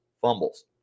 fumbles